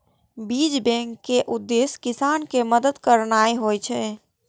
बीज बैंक केर उद्देश्य किसान कें मदति करनाइ होइ छै